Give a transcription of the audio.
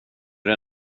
det